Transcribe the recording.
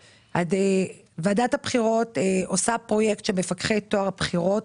ועדת הבחירות עושה פרויקט של מפקחי טוהר הבחירות,